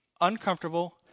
uncomfortable